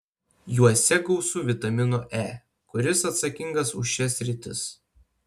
juose gausu vitamino e kuris atsakingas už šias sritis